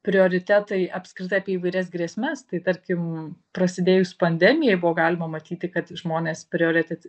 prioritetai apskritai apie įvairias grėsmes tai tarkim prasidėjus pandemijai buvo galima matyti kad žmonės prioritet